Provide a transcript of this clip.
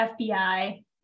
FBI